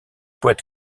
poètes